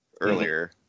earlier